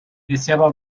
deseaba